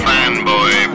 Fanboy